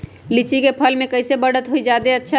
लिचि क फल म कईसे बढ़त होई जादे अच्छा?